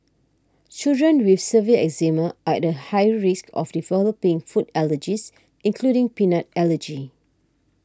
children with severe eczema are at a higher risk of developing food allergies including peanut allergy